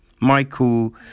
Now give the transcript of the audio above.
Michael